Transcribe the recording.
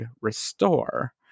restore